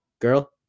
Girl